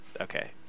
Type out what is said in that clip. Okay